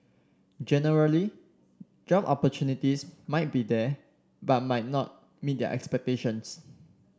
generally job opportunities might be there but might not meet their expectations